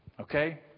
okay